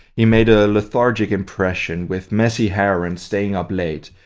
he made a lethargic impression, with messy hair and staying up late,